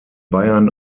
bayern